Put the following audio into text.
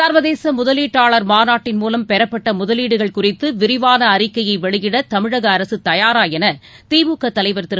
சர்வதேச முதலீட்டாளர் மாநாட்டின் மூலம் பெறப்பட்ட முதலீடுகள் குறித்து விரிவான அறிக்கையை வெளியிட தமிழக அரசு தயாரா என திமுக தலைவர் திரு